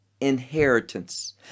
inheritance